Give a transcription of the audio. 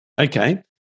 Okay